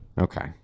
Okay